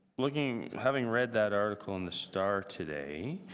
looking having read that article in the star today.